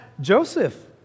Joseph